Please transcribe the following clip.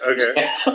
Okay